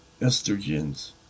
Estrogens